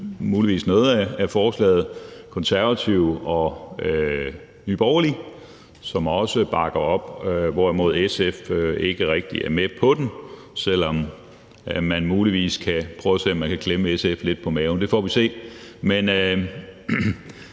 muligvis, og Konservative og Nye Borgerlige, som også bakker op, hvorimod SF ikke rigtig er med på den, selv om man muligvis kan prøve at se, om man kan klemme SF lidt på maven. Det får vi se. Vi